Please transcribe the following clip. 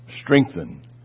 strengthen